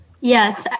Yes